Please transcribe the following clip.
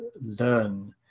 learn